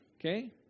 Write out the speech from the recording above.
okay